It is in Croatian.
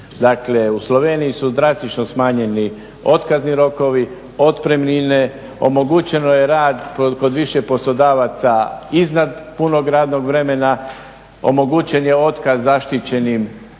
Dakle, u Sloveniji su drastično smanjeni otkazni rokovi, otpremnine, omogućeno je rad kod više poslodavaca iznad punog radnog vremena, omogućen je otkaz zaštićenim